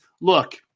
look